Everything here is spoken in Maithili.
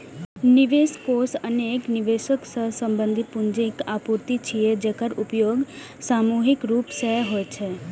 निवेश कोष अनेक निवेशक सं संबंधित पूंजीक आपूर्ति छियै, जेकर उपयोग सामूहिक रूप सं होइ छै